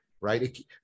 right